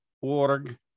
org